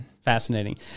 fascinating